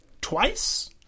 Twice